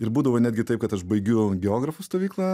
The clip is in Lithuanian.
ir būdavo netgi taip kad aš baigiu geografų stovyklą